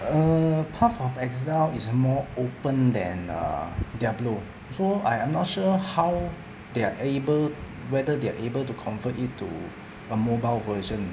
err path of exile is more open than err diablo so I am not sure how they are able whether they're able to convert it to a mobile version